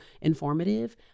informative